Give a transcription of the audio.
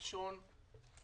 הראשון,